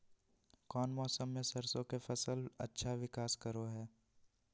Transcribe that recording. कौन मौसम मैं सरसों के फसल अच्छा विकास करो हय?